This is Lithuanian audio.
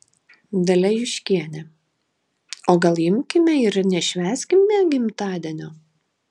dalia juškienė o gal imkime ir nešvęskime gimtadienio